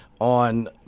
on